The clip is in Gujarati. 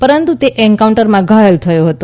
પરંતુ તે એન્કાઉન્ટરમાં ઘાયલ થયો હતો